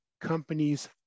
companies